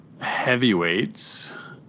heavyweights